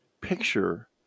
picture